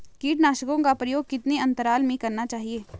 कीटनाशकों का प्रयोग कितने अंतराल में करना चाहिए?